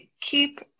keep